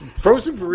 Frozen